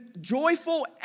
joyful